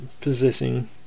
possessing